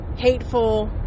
hateful